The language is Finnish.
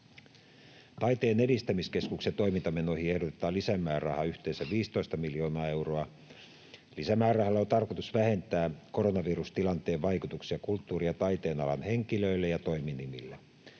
Taiteen edistämiskeskuksen toimintamenoihin ehdotetaan lisämäärärahaa yhteensä 15 miljoonaa euroa. Lisämäärärahalla on tarkoitus vähentää koronavirustilanteen vaikutuksia kulttuurin ja taiteen alan henkilöille ja toiminimille.